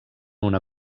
una